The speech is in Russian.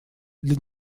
для